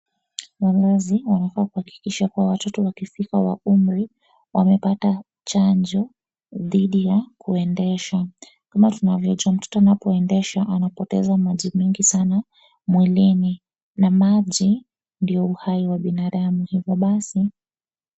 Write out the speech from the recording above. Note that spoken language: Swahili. Wazazi wanafaa kuhakikisha kuwa watoto wakifika wa umri wamepata chanjo dhidi ya kuendesha kama tunavyojua mtoto anapoendesha anapoteza maji mingi sana mwilini na maji ndio uhai wa binadamu, hivyobasi.